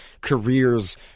careers